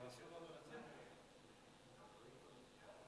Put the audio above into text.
שנהגו בה שלא כשורה כשהיא חצתה את הגבול לישראל מעזה.